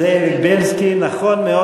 היושב-ראש,